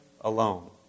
alone